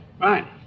Right